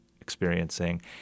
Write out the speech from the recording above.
experiencing